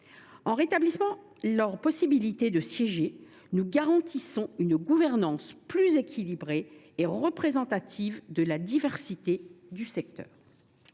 En rétablissant la possibilité pour eux d’y siéger, nous garantissons une gouvernance plus équilibrée et représentative de la diversité du secteur.